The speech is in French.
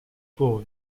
pour